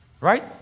Right